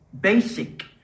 basic